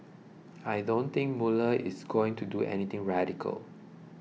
I don't think Mueller is going to do anything radical